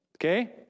Okay